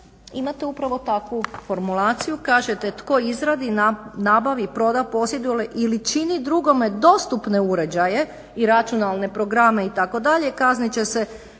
imate upravo takvu formulaciju. Kažete tko izradi, nabavi, proda, posjeduje ili čini drugome dostupne uređaje i računalne programe itd. kaznit će se